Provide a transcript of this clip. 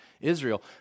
Israel